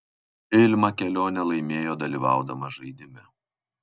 ilma kelionę laimėjo dalyvaudama žaidime